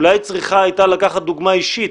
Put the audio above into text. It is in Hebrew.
אולי היא צריכה הייתה לקחת דוגמה אישית.